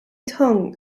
tong